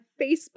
Facebook